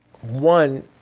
One